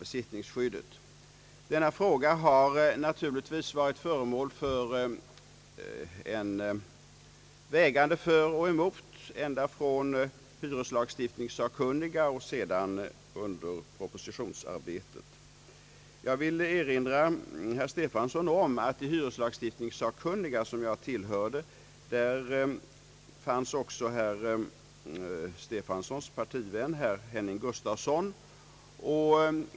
Denna fråga har naturligtvis varit föremål för vägande för och emot ända från hyreslagstiftningssakkunniga och sedan under propositionsarbetet. Jag vill erinra herr Stefanson om att bland hyreslagstiftningssakkunniga, som jag tillhörde, var även herr Stefansons partivän herr Henning Gustafsson.